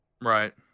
right